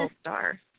star